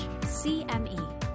CME